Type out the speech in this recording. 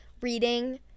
reading